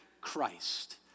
Christ